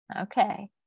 Okay